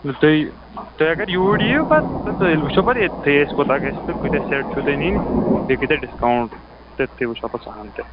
یُس تۄہہِ تُہۍ اَگر یوٗرۍ یِیِو پَتہٕ تُہۍ حظ وُچھِو پَتہٕ ییٚتہٕ تھٕے أسۍ کوٗتاہ گژھِ تہٕ کۭتیٛاہ سیٹ چھِو تۄہہِ نِنۍ بیٚیہِ گژھِ تَتھ ڈِسکاوُنٛٹ تٔتۍ تھٕے وُچھو پَتہٕ سۄ ہن تہِ